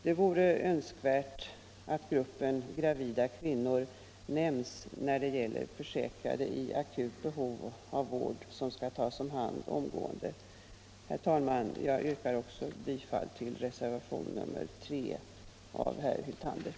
Det vore emellertid önskvärt att den gruppen nämns när det gäller försäkrade i akut behov av vård som skall tas om hand omedelbart. Herr talman! Jag yrkar bifall också till reservationen 3 av herr Hyltander.